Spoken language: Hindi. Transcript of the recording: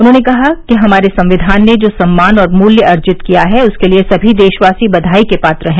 उन्होंने कहा कि हमारे संविधान ने जो सम्मान और मूल्य अर्जित किया है उसके लिए समी देशवासी बधाई के पात्र हैं